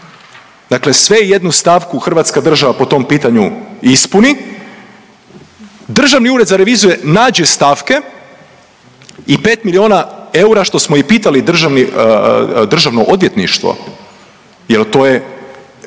Dakle sve i jednu stavku hrvatska država po tom pitanju ispuni, Državni ured za reviziju naše stavke i 5 milijuna eura što smo i pitali državni, Državno odvjetništvo jer to je,